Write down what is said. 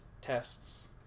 tests